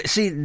See